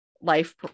life